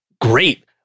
great